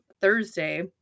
Thursday